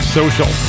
social